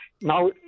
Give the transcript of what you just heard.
Now